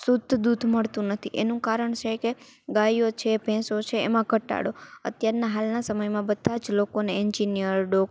શુદ્ધ દૂધ મળતું નથી એનું કારણ છે કે ગાયો છે ભેંસો છે એમાં ઘટાડો અત્યારનાં હાલનાં સમયમાં બધાં જ લોકોને એંજિનયર ડોક્ટર